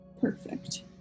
Perfect